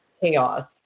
chaos